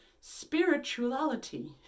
Spirituality